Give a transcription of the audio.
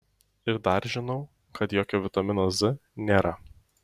ir dar žinau kad jokio vitamino z nėra